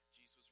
Jesus